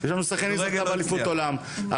יש לנו שחיינית שזכתה באליפות עולם.